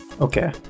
Okay